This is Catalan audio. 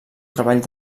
treball